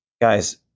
Guys